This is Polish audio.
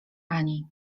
ani